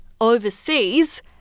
Overseas